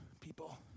people